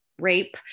rape